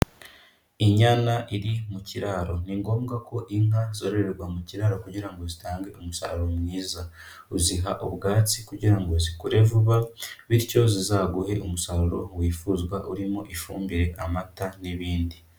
Inyana iri mu kiraro. Ni ngombwa ko inka zororerwa mu kiraro kugira ngo zitange umusaruro mwiza, uziha ubwatsi kugira ngo zikure vuba, bityo zizaguhe umusaruro wifuzwa, urimo ifumbire, amata n'ibindi.